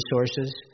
resources